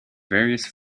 various